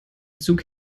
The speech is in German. zug